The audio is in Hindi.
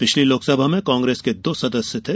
पिछली लोकसभा में कांग्रेस के दो लोकसभा सदस्य थे